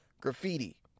graffiti